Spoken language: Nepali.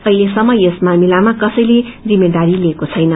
अहिलेसम्म यस मामिलामा कसैले जिम्मेवारी लिएको छैन